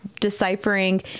deciphering